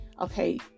okay